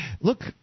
look